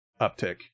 uptick